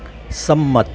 સંમત